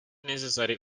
necessary